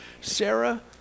Sarah